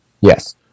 Yes